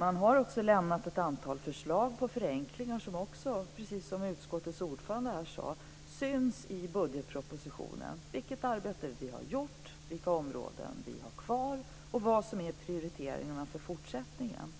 Man har också lämnat ett antal förslag till förenklingar som, precis som utskottets ordförande sade här, syns i budgetpropositionen. Det gäller vilket arbete vi har gjort, vilka områden vi har kvar och vad som är prioriteringarna för fortsättningen.